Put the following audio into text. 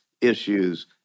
issues